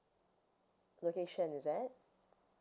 location is it